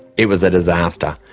it was a disaster,